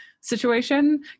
situation